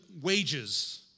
wages